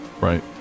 right